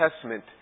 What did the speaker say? Testament